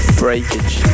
breakage